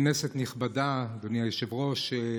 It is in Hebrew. כנסת נכבדה, אדוני היושב-ראש,